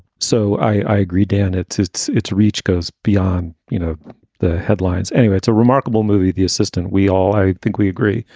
so i agree, dan, it's it's it's a reach goes beyond you know the headlines. anyway, it's a remarkable movie. the assistant we all. i think we agree.